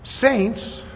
Saints